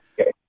Okay